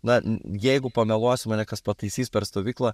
na jeigu pameluosiu mane kas pataisys per stovyklą